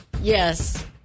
Yes